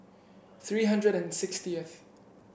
three hundred and sixtieth